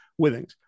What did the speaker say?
withings